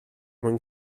mwyn